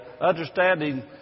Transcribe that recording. Understanding